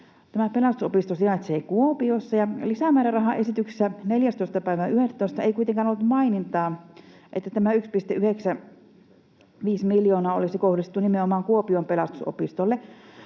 Pelastusopisto sijaitsee Kuopiossa, ja lisämäärärahaesityksessä 14. päivänä yhdettätoista ei kuitenkaan ollut mainintaa, että tämä 1,95 miljoonaa olisi kohdistettu nimenomaan Kuopion Pelastusopistolle.